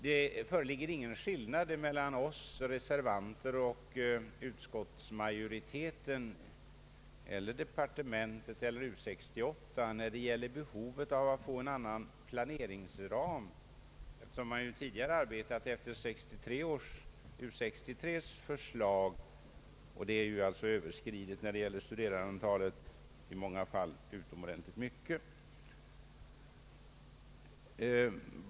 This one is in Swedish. Det föreligger ingen skillnad mellan oss reservanter och utskottsmajoriteten eller departementet och U 68 när det gäller behovet att få en annan planeringsram. Man har ju tidigare arbetat efter U 63:s förslag, som ju nu är överskridet när det gäller studerandeantalet, i många fall utomordentligt mycket.